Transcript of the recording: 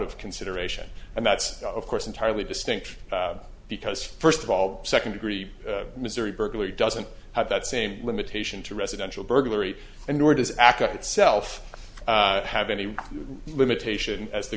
of consideration and that's of course entirely distinct because first of all second degree missouri berkeley doesn't have that same limitation to residential burglary and nor does aca itself have any limitation as the